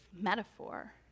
metaphor